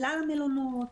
כלל המלונות,